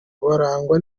barangwa